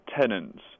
tenants